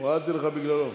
הורדתי לך בגללו.